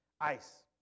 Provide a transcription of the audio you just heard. Ice